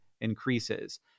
increases